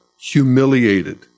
humiliated